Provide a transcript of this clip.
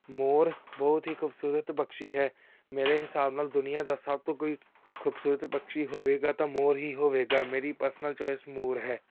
ਮੋਰ ਬਹੁਤ ਹੀ ਖੂਬਸੂਰਤ ਪਕਛੀ ਹੈ ਮੇਰੇ ਹਿਸਾਬ ਨਾਲ ਦੁਨੀਆਂ ਦਾ ਸਭ ਤੋਂ ਕੋਈ ਖੂਬਸੂਰਤ ਪਕਛੀ ਹੋਵੇਗਾ ਤਾਂ ਮੋਰ ਹੀ ਹੋਵੇਗਾ ਮੇਰੀ ਪਰਸਨਲ ਚੋਇਸ ਮੋਰ ਹੈ